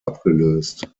abgelöst